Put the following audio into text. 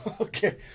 Okay